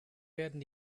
werden